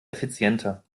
effizienter